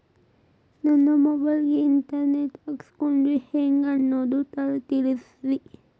ನನ್ನ ಮೊಬೈಲ್ ಗೆ internet ಹಾಕ್ಸೋದು ಹೆಂಗ್ ಅನ್ನೋದು ತಿಳಸ್ರಿ